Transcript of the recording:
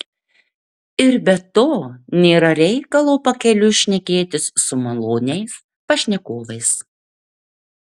ir be to nėra reikalo pakeliui šnekėtis su maloniais pašnekovais